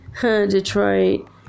Detroit